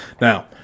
Now